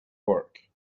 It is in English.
work